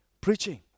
preaching